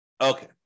Okay